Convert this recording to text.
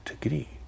degree